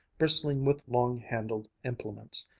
bristling with long-handled implements.